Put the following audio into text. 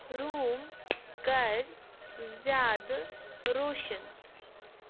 room کر زیادٕ روشن